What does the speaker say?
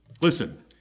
Listen